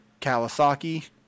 Kawasaki